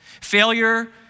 Failure